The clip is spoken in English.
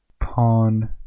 Pawn